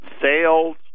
Sales